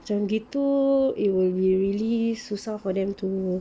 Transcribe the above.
macam gitu it will be really susah for them to